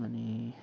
अनि